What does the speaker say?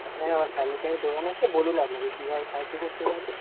হ্যাঁ আমার ফার্নিচারের দোকান আছে বলুন আপনাকে কীভাবে সাহায্য করতে পারি